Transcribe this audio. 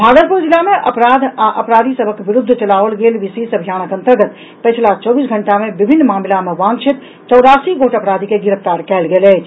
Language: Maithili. भागलपुर जिला मे अपराध आ आपराधी सभक विरूद्ध चलाओल गेल विशेष अभियानक अंतर्गत पछिला चौबीस घंटा मे विभिन्न मामिला मे वांछिता चौरासी गोट अपराधी के गिरफ्तार कयल गेल अछि